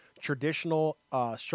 traditional